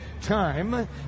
time